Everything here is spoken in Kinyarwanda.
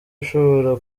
ushobora